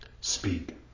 speak